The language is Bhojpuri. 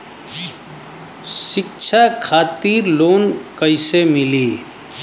शिक्षा खातिर लोन कैसे मिली?